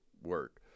work